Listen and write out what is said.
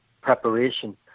preparation